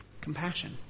Compassion